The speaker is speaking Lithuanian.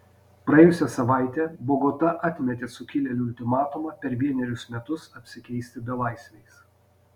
praėjusią savaitę bogota atmetė sukilėlių ultimatumą per vienerius metus apsikeisti belaisviais